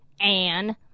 Anne